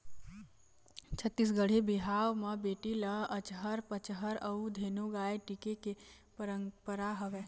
छत्तीसगढ़ी बिहाव म बेटी ल अचहर पचहर अउ धेनु गाय टिके के पंरपरा हवय